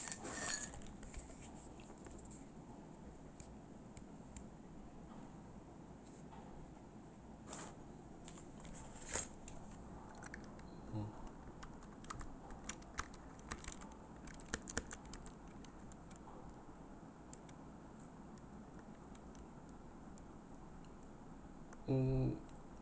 mm